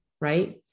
right